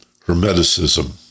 Hermeticism